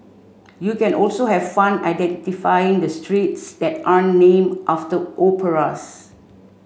you can also have fun identifying the streets that are name after operas